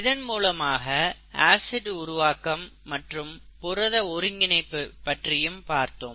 இதன் மூலமாக ஆசிட் உருவாக்கம் மற்றும் புரத ஒருங்கிணைப்பு பற்றியும் பார்த்தோம்